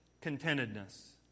contentedness